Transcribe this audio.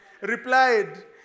replied